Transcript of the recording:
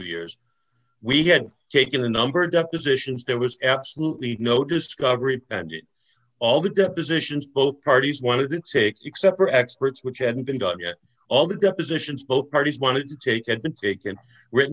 years we had taken a number depositions there was absolutely no discovery and all the depositions both parties wanted didn't say except for experts which hadn't been done yet all the depositions both parties wanted to take had been taken wit